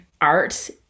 art